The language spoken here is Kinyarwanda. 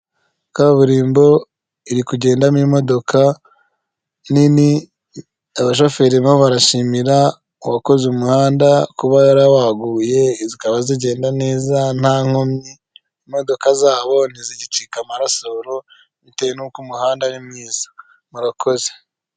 Kaburimbo iri kugendamo imodoka nini abashoferi bo barashimira k'uwakoze umuhanda kuba yarawaguye, zikaba zigenda neza nta nkomyi imodoka zabo ntizigicika amarasoro, bitewe n'uko umuhanda ari mwiza urakoze .